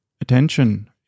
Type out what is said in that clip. attention